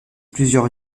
plusieurs